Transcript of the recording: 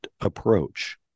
approach